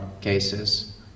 cases